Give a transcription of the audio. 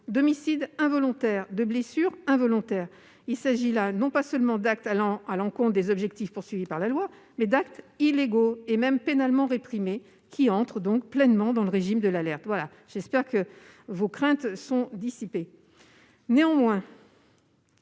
d'homicide involontaire et de blessures involontaires. Il s'agit donc non pas seulement d'actes allant à l'encontre des objectifs fixés par la loi, mais d'actes illégaux, et même pénalement réprimés, qui entrent à ce titre pleinement dans le régime de l'alerte. J'espère que ces précisions auront dissipé vos